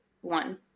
one